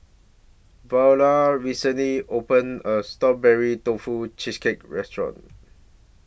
Verla recently opened A New Strawberry Tofu Cheesecake Restaurant